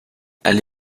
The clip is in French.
elle